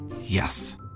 Yes